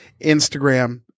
Instagram